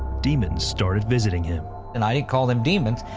demons started visiting him. and i didn't call them demons